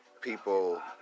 people